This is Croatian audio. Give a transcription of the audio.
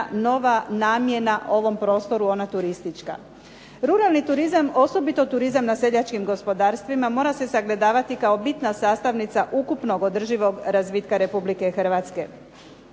nova namjena ovom prostoru, ona turistička. Ruralni turizam, osobito turizam na seljačkim gospodarstvima, mora se sagledavati kao bitna sastavnica ukupnog održivog razvitka Republike Hrvatske.